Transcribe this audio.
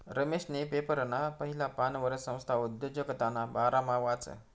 रमेशनी पेपरना पहिला पानवर संस्था उद्योजकताना बारामा वाचं